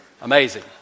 Amazing